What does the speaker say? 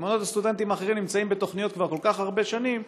כי מעונות הסטודנטים האחרים נמצאים בתוכניות כבר כל כך הרבה שנים.